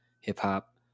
hip-hop